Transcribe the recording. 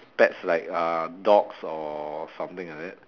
pets like err dogs or something like that